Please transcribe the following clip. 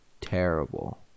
terrible